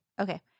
Okay